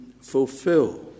fulfill